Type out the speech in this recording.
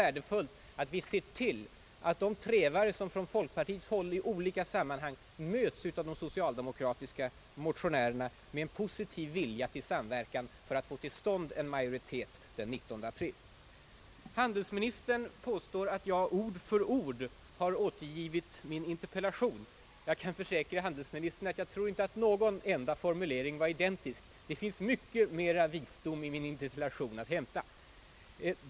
Därför är det värdefullt att de trevare, som från folkpartiets håll gjorts i olika sammanhang, möts av de socialdemokratiska motionärerna med en positiv vilja till samverkan i syfte att vinna majoritet den 19 april. Handelsministern påstår att jag ord för ord har återgivit min interpellation. Jag kan försäkra handelsministern att jag inte tror att någon enda formulering var identisk; det finns mycket mera visdom att hämta i min interpellation!